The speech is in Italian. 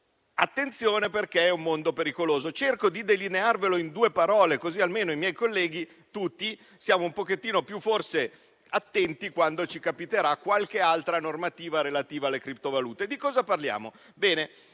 soldo. Attenzione, perché è un mondo pericoloso. Cerco di delinearlo in due parole, così almeno i miei colleghi e tutti noi saremo un po' più attenti quando ci capiterà qualche altra normativa relativa alle criptovalute. Di cosa parliamo? Prendete